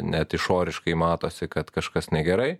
net išoriškai matosi kad kažkas negerai